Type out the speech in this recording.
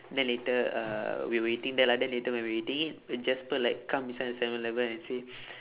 then later uh we were eating there lah then later when we were eating it when jasper like come inside seven eleven and say